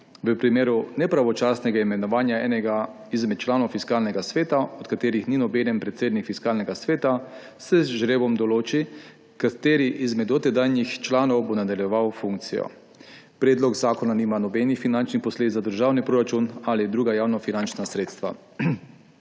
V primeru nepravočasnega imenovanja enega izmed članov Fiskalnega sveta, od katerih ni nobeden predsednik Fiskalnega sveta, se z žrebom določi, kateri izmed dotedanjih članov bo nadaljeval funkcijo. Predlog zakona nima nobenih finančnih posledic za državni proračun ali druga javnofinančna sredstva.